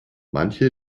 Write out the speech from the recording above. manche